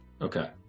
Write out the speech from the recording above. Okay